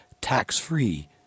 tax-free